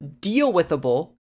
deal-withable